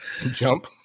Jump